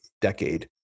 decade